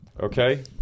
Okay